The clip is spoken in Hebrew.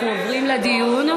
אנחנו עוברים לדיון.